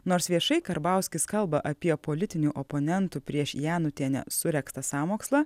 nors viešai karbauskis kalba apie politinių oponentų prieš janutienę suregztą sąmokslą